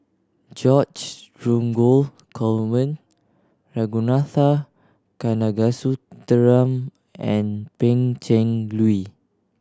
George Dromgold Coleman Ragunathar Kanagasuntheram and Pan Cheng Lui